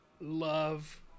love